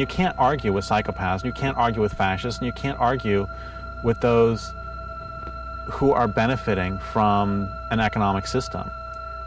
you can't argue with psychopaths you can't argue with fascists and you can't argue with those who are benefiting from an economic system